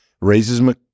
Raises